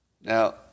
Now